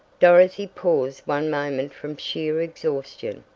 dorothy paused one moment from sheer exhaustion.